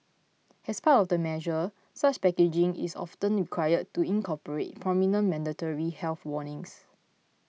as part of the measure such packaging is often required to incorporate prominent mandatory health warnings